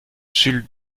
jules